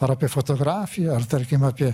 ar apie fotografiją ar tarkim apie